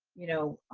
you know,